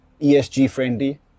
ESG-friendly